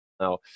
now